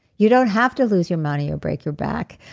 you don't have to lose your money or break your back,